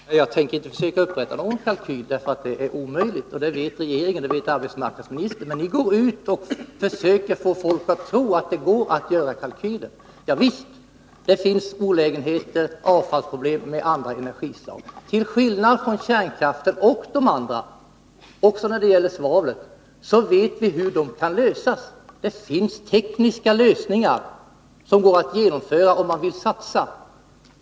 Herr talman! Jag tänker inte försöka upprätta någon kalkyl, eftersom det är omöjligt. Det vet arbetsmarknadsministern och regeringen i övrigt, men ni går ut och försöker få folk att tro att det går att göra kalkyler. Det finns olägenheter och avfallsproblem förknippade med andra energislag. Men till skillnad från vad som gäller för kärnkraftsavfall vet vi hur avfallsproblemen för övriga energislag skall lösas, också när det gäller svavlet. Det finns tekniska lösningar, som går att genomföra om man vill satsa resurser.